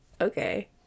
okay